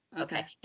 Okay